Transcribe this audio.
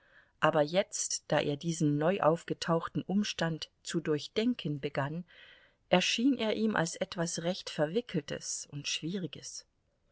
aber jetzt da er diesen neu aufgetauchten umstand zu durchdenken begann erschien er ihm als etwas recht verwickeltes und schwieriges